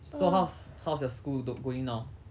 so how's how's your school going now